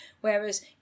Whereas